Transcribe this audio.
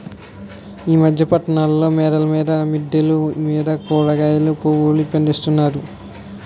ఈ మధ్య పట్టణాల్లో మేడల మీద మిద్దెల మీద కూరగాయలు పువ్వులు పండిస్తున్నారు